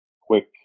quick